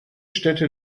städte